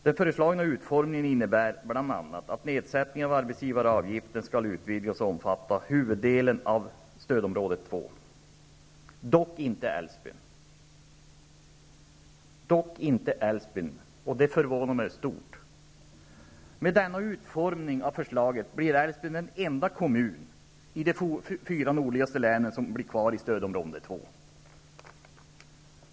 Den föreslagna utformningen innebär bl.a. att nedsättningen av arbetsgivaravgiften skall utvidgas att omfatta huvuddelen av stödområde 2, dock inte Älvsbyn. Det förvånar mig stort. Med denna utformning av förslaget blir Älvsbyn den enda kommunen i de fyra nordligaste länen som är kvar i stödområde 2.